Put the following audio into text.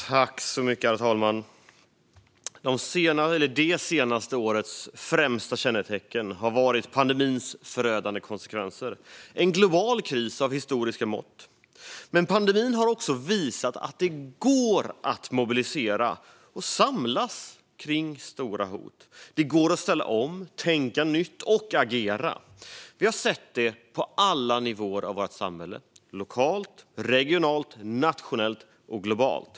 Herr talman! Det senaste årets främsta kännetecken har varit pandemins förödande konsekvenser. Detta är en global kris av historiska mått. Men pandemin har också visat att det går att mobilisera och samlas inför stora hot. Det går att ställa om, tänka nytt och agera. Vi har sett det på alla nivåer i vårt samhälle - lokalt, regionalt, nationellt och globalt.